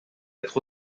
être